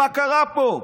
מה קרה פה,